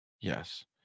yes